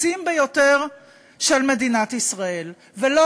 אמרו חברי, וזה